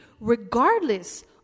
regardless